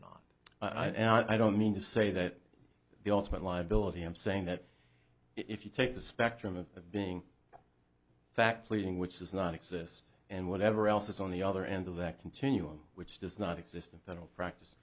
not i don't mean to say that the ultimate liability i'm saying that if you take the spectrum of being fact pleading which does not exist and whatever else is on the other end of that continuum which does not exist in federal practice